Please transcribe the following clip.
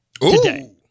today